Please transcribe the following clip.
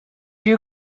you